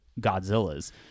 Godzillas